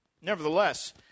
Nevertheless